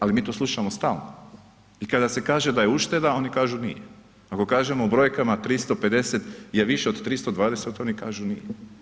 Ali mi to slušamo stalno i kada se kaže da je ušteda, oni kažu nije, ako kažemo u brojkama 350 je više od 320, oni kažu nije.